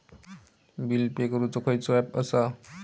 Bill pay करूक खैचो app असा?